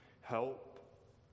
help